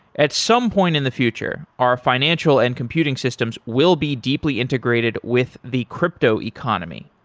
at some point in the future, our financial and computing systems will be deeply integrated with the crypto economy.